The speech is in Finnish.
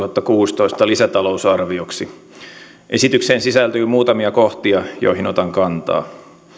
esitys vuoden kaksituhattakuusitoista lisätalousarvioksi esitykseen sisältyy muutamia kohtia joihin otan kantaa